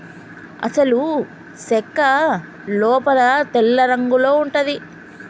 అసలు సెక్క లోపల తెల్లరంగులో ఉంటది